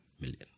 Million